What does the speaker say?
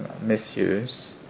misuse